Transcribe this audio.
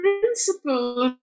principles